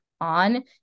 on